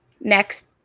next